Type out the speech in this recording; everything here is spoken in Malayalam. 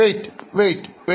ഒക്കെ കാത്തിരിക്കൂ